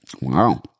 Wow